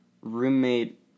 roommate